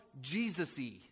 Jesus-y